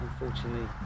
unfortunately